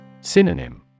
Synonym